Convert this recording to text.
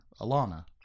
Alana